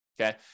okay